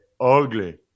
ugly